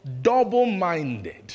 double-minded